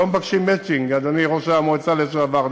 אדוני ראש המועצה לשעבר,